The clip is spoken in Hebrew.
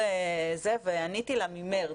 ועניתי לה שממרץ.